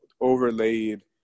overlaid